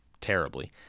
terribly